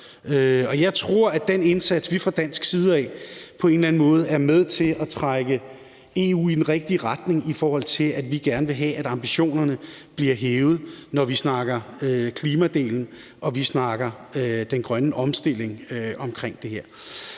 jeg tror, at den indsats, vi gør fra dansk side af, på en eller anden måde er med til at trække EU i den rigtige retning, i forhold til at vi gerne vil have, at ambitionerne bliver hævet, når vi snakker klimadelen og vi snakker den grønne omstilling. Jeg synes